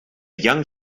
young